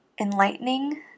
enlightening